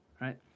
right